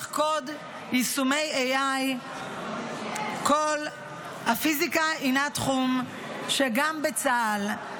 קוד יישומי AI. הפיזיקה הוא תחום שגם בצה"ל,